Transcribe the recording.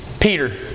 Peter